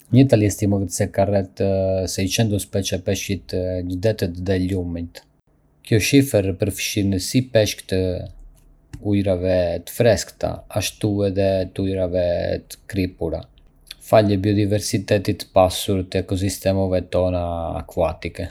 Në Itali, estimohet se ka rreth seicento specie peshqish në detet dhe lumenjtë. Kjo shifër përfshin si peshq të ujërave të freskëta ashtu edhe të ujërave të kripura, falë biodiversitetit të pasur të ekosistemeve tona akvatike.